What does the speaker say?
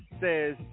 says